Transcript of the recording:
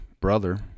brother